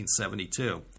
1972